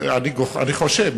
אני חושב,